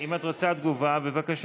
אם את רוצה תגובה, בבקשה.